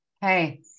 hey